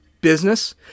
business